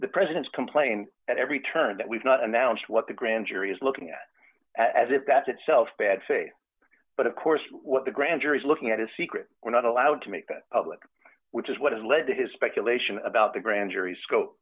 the president's complained at every turn that we've not announced what the grand jury is looking at as if that itself bad faith but of course what the grand jury is looking at is secret or not allowed to make that public which is what has led to his speculation about the grand jury scope